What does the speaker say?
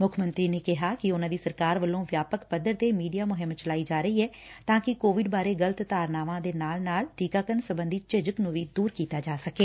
ਮੁੱਖ ਮੰਤਰੀ ਨੇ ਕਿਹਾ ਕਿ ਉਨਾਂ ਦੀ ਸਰਕਾਰ ਵੱਲੋਂ ਵਿਆਪਕ ਪੱਧਰ ਤੇ ਮੀਡੀਆ ਮੁਹਿੰਮ ਚਲਾਈ ਜਾ ਰਹੀ ਐ ਤਾਂ ਕਿ ਕੋਵਿਡ ਬਾਰੇ ਗਲਤ ਧਾਰਨਾਵਾਂ ਦੇ ਨਾਲ ਨਾਲ ਟੀਕਾਕਰਨ ਸਬੰਧੀ ਝਿਜਕ ਨੂੰ ਦੂਰ ਕੀਤਾ ਜਾ ਸਕੇ